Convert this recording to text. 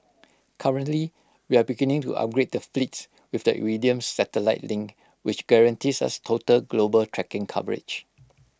currently we are beginning to upgrade the fleets with the Iridium satellite link which guarantees us total global tracking coverage